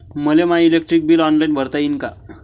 मले माय electric bill online भरता येईन का?